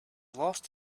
lost